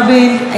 אינו נוכח,